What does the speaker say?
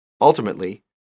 Ultimately